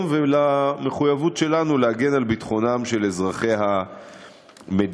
ולמחויבות שלנו להגן על ביטחונם של אזרחי המדינה.